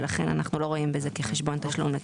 ולכן אנחנו לא רואים בזה חשבון תשלום.